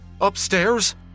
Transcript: upstairs